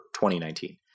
2019